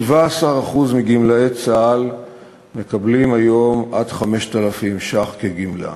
17% מגמלאי צה"ל מקבלים היום עד 5,000 ש"ח כגמלה,